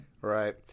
Right